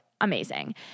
amazing